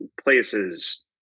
places